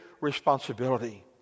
responsibility